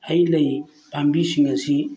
ꯍꯩ ꯂꯩ ꯄꯥꯝꯕꯤꯁꯤꯡ ꯑꯁꯤ